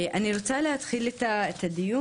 אני רוצה להתחיל את הדיון,